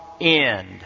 end